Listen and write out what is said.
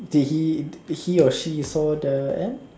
did he did he or she saw the ant